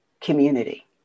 community